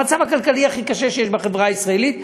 המצב הכלכלי הכי קשה שיש בחברה הישראלית,